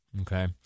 Okay